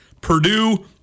Purdue